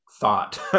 thought